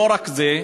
לא רק זה,